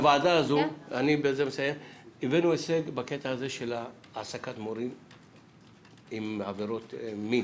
הוועדה הזו הבאנו הישג בקטע הזה של העסקת מורים עם עבירות מין.